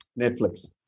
Netflix